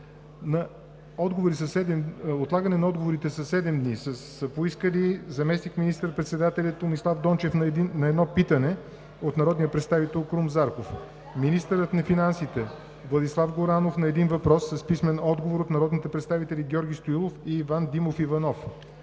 отлагане на отговори със седем дни са поискали: - заместник министър-председателят Томислав Дончев – на едно питане от народния представител Крум Зарков; - министърът на финансите Владислав Горанов – на един въпрос с писмен отговор от народните представители Георги Стоилов и Иван Димов Иванов;